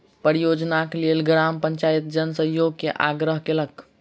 परियोजनाक लेल ग्राम पंचायत जन सहयोग के आग्रह केलकै